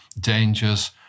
dangers